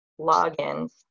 logins